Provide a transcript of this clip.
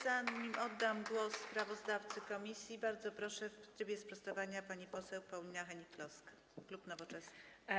Zanim oddam głos sprawozdawcy komisji, bardzo proszę, w trybie sprostowania pani poseł Paulina Hennig-Kloska, klub Nowoczesna.